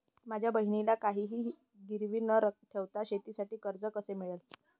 माझ्या बहिणीला काहिही गिरवी न ठेवता शेतीसाठी कर्ज कसे मिळेल?